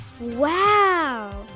Wow